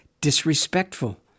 disrespectful